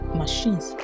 machines